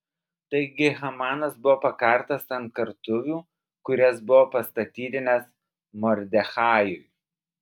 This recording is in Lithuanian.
taigi hamanas buvo pakartas ant kartuvių kurias buvo pastatydinęs mordechajui